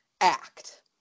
act